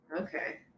Okay